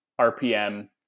RPM